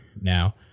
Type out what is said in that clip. now